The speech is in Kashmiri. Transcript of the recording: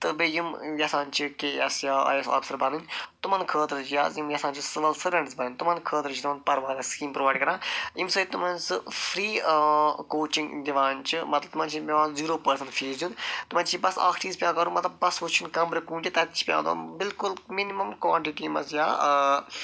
تہٕ بیٚیہِ یِم یژھان چھِ کے ایس یا آئی ایس آفیسر بنٕنۍ تِمن خٲطرٕ چھِ یہِ حظ یِم یژھان چھِ سیول سٔرونٛٹس بنٕنۍ تِمن خٲطرٕ چھِ تِمن پرواز سِکیٖم پرٛووایڈ کَران ییٚمہِ سۭتۍ تِمن سُہ فرٛی کوچِنٛگ دِوان چھِ مطلب تِمن چھُ پٮ۪وان زیٖرو پٔرسنٛٹ فیس دِیُن تِمن چھُ بس اکھ چیٖز پٮ۪وان کَرُن مطلب بس وُچھُن کمبرٕ کٕم چھِ تتہِ چھِ بیٚہوان تِم بِلکُل مِنمم کانٹِٹی منٛز یا